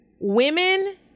women